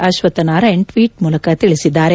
Ashwath Narayan tweet ಮೂಲಕ ತಿಳಿಸಿದ್ದಾರೆ